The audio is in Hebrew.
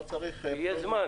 לא צריך --- כי יש זמן.